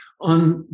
On